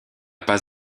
pas